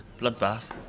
Bloodbath